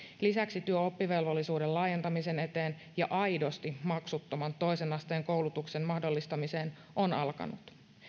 lisäksi työ oppivelvollisuuden laajentamisen eteen ja aidosti maksuttoman toisen asteen koulutuksen mahdollistamisen eteen on alkanut